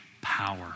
power